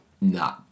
nah